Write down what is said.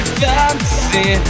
fantasy